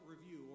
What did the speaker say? review